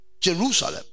jerusalem